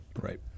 right